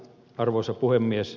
arvoisa puhemies